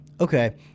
okay